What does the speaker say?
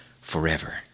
forever